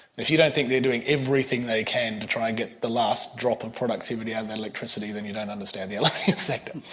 if you don't think they're doing everything they can to try and get the last drop of productivity out of that electricity, then you don't understand the like aluminium sector.